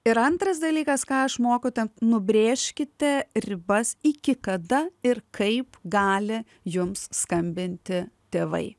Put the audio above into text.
ir antras dalykas ką aš mokytojam nubrėžkite ribas iki kada ir kaip gali jums skambinti tėvai